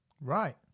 Right